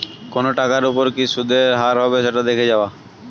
কোনো টাকার ওপর কি সুধের হার হবে সেটা দেখে যাওয়া